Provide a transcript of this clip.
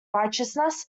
righteousness